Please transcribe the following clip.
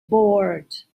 bored